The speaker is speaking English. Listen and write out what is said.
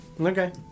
Okay